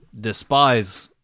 despise